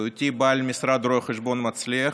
בהיותי בעל משרד רואי חשבון מצליח,